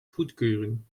goedkeuren